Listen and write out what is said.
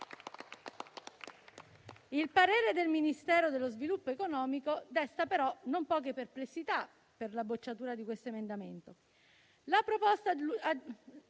Il parere del Ministero dello sviluppo economico desta però non poche perplessità per la bocciatura dell'emendamento